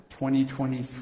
2023